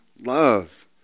love